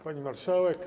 Pani Marszałek!